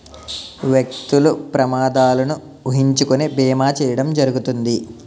వ్యక్తులు ప్రమాదాలను ఊహించుకొని బీమా చేయడం జరుగుతుంది